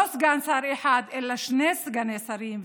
לא סגן שר אחד אלא שני סגני שרים.